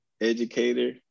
educator